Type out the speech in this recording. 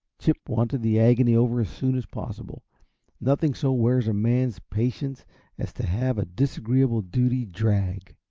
chip wanted the agony over as soon as possible nothing so wears a man's patients as to have a disagreeable duty drag.